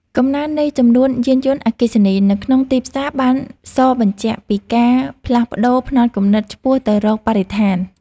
កំណើននៃចំនួនយានយន្តអគ្គិសនីនៅក្នុងទីផ្សារបានសបញ្ជាក់ពីការផ្លាស់ប្តូរផ្នត់គំនិតឆ្ពោះទៅរកបរិស្ថាន។